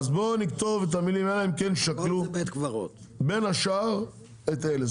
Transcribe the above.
אלא אם כן שקלו בין השאר את אלו.